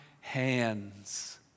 hands